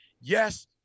yes